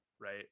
right